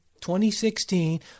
2016